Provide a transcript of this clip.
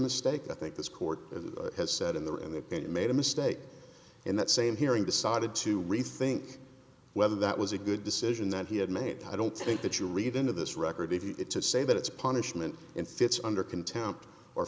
mistake i think this court has set in there and they made a mistake in that same hearing decided to rethink whether that was a good decision that he had made i don't think that you read into this record to say that it's punishment in fits under contempt or